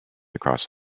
across